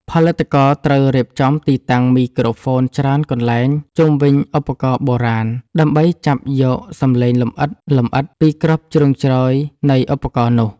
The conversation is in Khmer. ផលិតករត្រូវរៀបចំទីតាំងមីក្រូហ្វូនច្រើនកន្លែងជុំវិញឧបករណ៍បុរាណ ដើម្បីចាប់យកសំឡេងលម្អិតៗពីគ្រប់ជ្រុងជ្រោយនៃឧបករណ៍នោះ។